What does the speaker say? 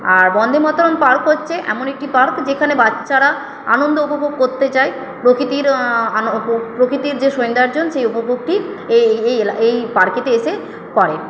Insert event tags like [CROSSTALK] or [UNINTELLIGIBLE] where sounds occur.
আর Bandemataram park হচ্ছে এমন একটি পার্ক যেখানে বাচ্চারা আনন্দ উপভোগ করতে যায় প্রকৃতির [UNINTELLIGIBLE] প্রকৃতির যে সৌন্দর্যায়ন সেই উপভোগটি এই এই [UNINTELLIGIBLE] এই পার্কেতে এসে করেন